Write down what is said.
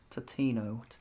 Tatino